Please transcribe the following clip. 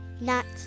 nuts